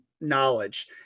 knowledge